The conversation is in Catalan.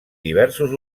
diversos